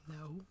No